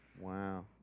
Wow